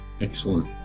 Excellent